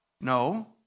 No